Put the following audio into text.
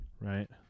Right